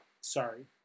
sorry